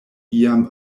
iam